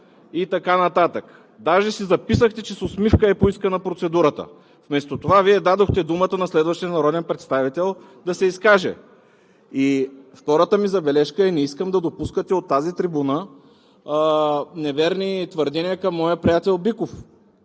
и така нататък. Даже си записахте, че процедурата е поискана с усмивка. Вместо това Вие дадохте думата на следващия народен представител да се изкаже. Втората ми забележка е: не искам да допускате от тази трибуна неверни твърдения към моя приятел Биков.